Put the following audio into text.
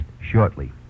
shortly